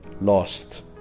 lost